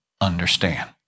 understand